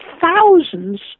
thousands